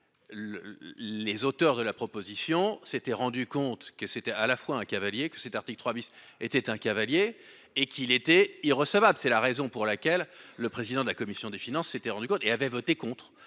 Les auteurs de la proposition s'était rendu compte que c'était à la fois un cavalier que cet article 3 bis était un cavalier et qu'il était y'recevable. C'est la raison pour laquelle le président de la commission des finances s'était rendu compte et avait voté contre